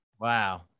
Wow